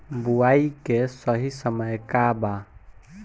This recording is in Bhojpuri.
बुआई के सही समय का वा?